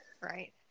Right